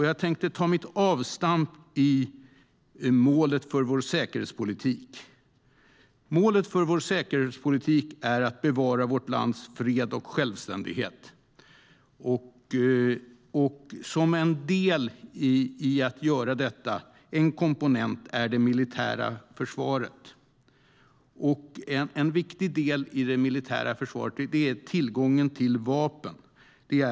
Jag ska ta mitt avstamp i målet för vår säkerhetspolitik. Detta mål är att bevara vårt lands fred och självständighet. En komponent i detta är det militära försvaret, och en central del i det är tillgången till vapen.